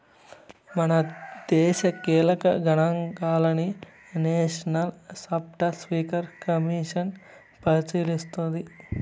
మనదేశ కీలక గనాంకాలని నేషనల్ స్పాటస్పీకర్ కమిసన్ పరిశీలిస్తోంది